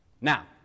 Now